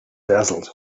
dazzled